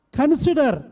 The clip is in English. consider